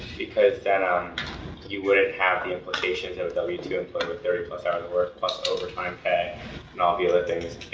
because then um you wouldn't have the implications of a w two employee with thirty plus hours work plus overtime pay and all the other things